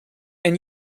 and